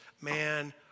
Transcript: man